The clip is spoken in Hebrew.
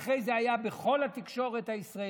ואחרי זה זה היה בכל התקשורת הישראלית.